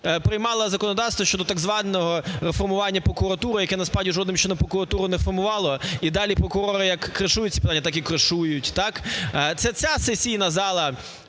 приймала законодавство щодо так званого реформування прокуратури, яке насправді жодним чином прокуратуру не реформувало, і далі прокурори, як кришують ці питання, так і кришують, так. Це ця сесійна зала